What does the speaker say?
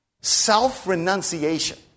Self-renunciation